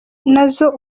nazo